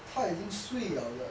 他已经睡 liao 了